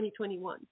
2021